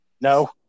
No